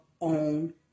own